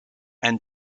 and